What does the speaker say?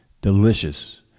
delicious